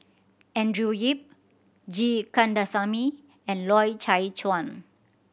Andrew Yip G Kandasamy and Loy Chye Chuan